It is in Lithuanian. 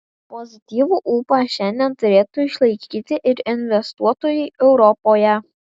pozityvų ūpą šiandien turėtų išlaikyti ir investuotojai europoje